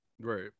right